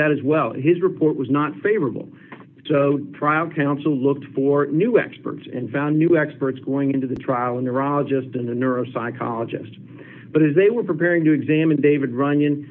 that as well his report was not favorable so trial counsel looked for new experts and found new experts going into the trial in the raw just in a neuro psychologist but as they were preparing to examine david runyan